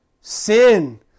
sin